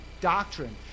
doctrine